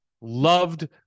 loved